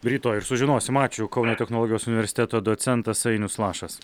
rytoj ir sužinosim ačiū kauno technologijos universiteto docentas ainius lašas